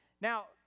Now